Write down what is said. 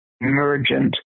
emergent